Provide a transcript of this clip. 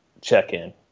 check-in